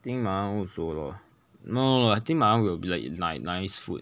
I think my one also lor no no no I think my one will be like like nice food